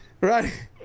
right